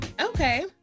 Okay